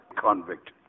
convict